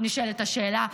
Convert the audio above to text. נשאלת השאלה,